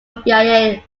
via